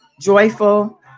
joyful